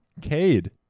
Cade